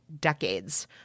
decades